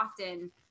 often